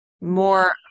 more